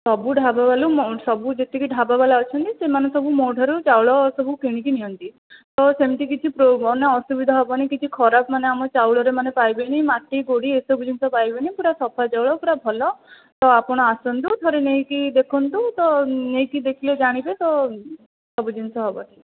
ସବୁ ଢ଼ାବା ବାଲୁ ସବୁ ଯେତିକି ଢ଼ାବା ବାଲା ଅଛନ୍ତି ସବୁ ମୋ ଠାରୁ ଚାଉଳ ସବୁ କିଣିକି ନିଅନ୍ତି ତ ସେମିତି କିଛି ଅସୁବିଧା ହେବନି କିଛି ଖରାପ ମାନେ ଆମ ଚାଉଳ ରେ ପାଇବେନି ମାଟି ଗୋଡ଼ି ଏସବୁ ପାଇବେନି ପୁରା ସଫା ଚାଉଳ ପୁରା ଭଲ ତ ଆପଣ ଆସନ୍ତୁ ଥରେ ନେଇକି ଦେଖନ୍ତୁ ତ ନେଇକି ଦେଖିଲେ ଜାଣିବେ ତ ସବୁ ଜିନିଷ ହେବ